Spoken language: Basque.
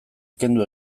kendu